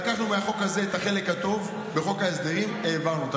לקחנו מהחוק הזה את החלק הטוב בחוק ההסדרים והעברנו אותו,